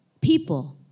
people